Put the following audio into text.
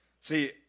See